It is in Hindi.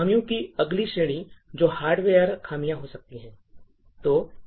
खामियों की अगली श्रेणी जो हार्डवेयर खामियां हो सकती है